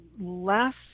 last